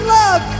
love